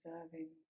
observing